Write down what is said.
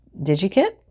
Digikit